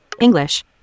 English